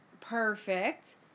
perfect